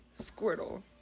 Squirtle